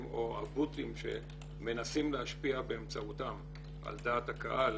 או ה"בוטים" שמנסים להשפיע באמצעותם על דעת הקהל,